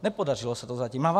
Nepodařilo se to zatím.